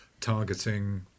targeting